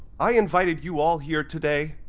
i invited you all here today,